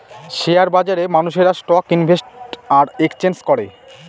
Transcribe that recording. share বাজারে মানুষেরা stock invest আর এক্সচেঞ্জ করে